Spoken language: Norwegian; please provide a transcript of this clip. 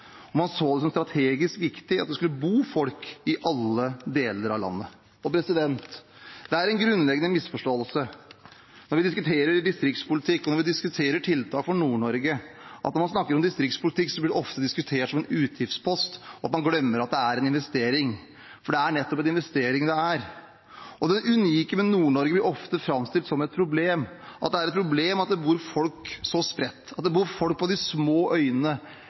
samfunnsprosjekt. Man ønsket å bygge land, og man så det som strategisk viktig at det skulle bo folk i alle deler av landet. Når vi diskuterer distriktspolitikk, og når vi diskuterer tiltak for Nord-Norge, blir det ofte diskutert som en utgiftspost. Det er en grunnleggende misforståelse. Man glemmer at det er en investering. For det er nettopp en investering det er. Det unike med Nord-Norge blir ofte framstilt som et problem – at det er et problem at det bor folk så spredt, at det bor folk på de små